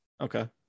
Okay